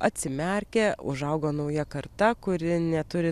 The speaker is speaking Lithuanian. atsimerkė užaugo nauja karta kuri neturi